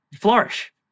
flourish